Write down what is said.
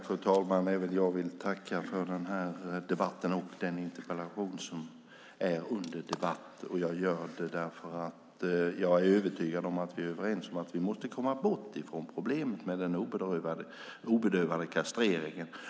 Fru talman! Även jag vill tacka för den här debatten och för interpellationen. Jag gör det för jag är övertygad om att vi är överens om att vi måste komma bort från problemet med den obedövade kastreringen.